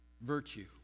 virtue